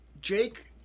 Jake